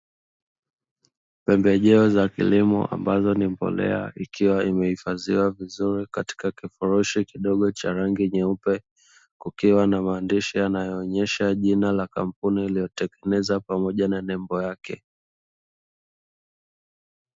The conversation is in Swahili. Pembejeo za kilimo ambazo ni mbolea ikiwa imehifadhiwa vizuri katika kifurushi kidogo cha rangi nyeupe, kukiwa na maandishi yanayoonyesha jina la kampuni iliyotengeneza pamoja na nembo yake.